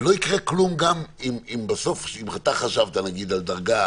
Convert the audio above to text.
ולא יקרה כלום בסוף, אם אתה חשבת נגיד על דרגה